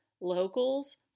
locals